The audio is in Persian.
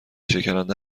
شکننده